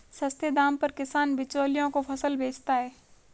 सस्ते दाम पर किसान बिचौलियों को फसल बेचता है